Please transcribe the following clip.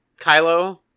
Kylo